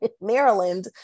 Maryland